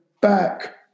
back